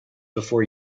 before